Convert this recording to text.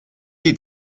die